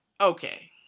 okay